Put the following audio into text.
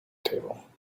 table